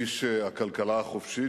איש הכלכלה החופשית,